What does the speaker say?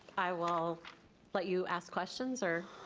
i will let you ask questions or